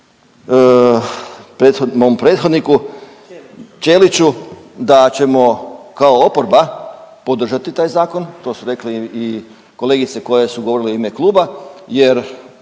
mom prethodniku Ćeliću da ćemo kao oporba podržati taj zakon. To su rekle i kolegice koje su govorile u ime kluba, jer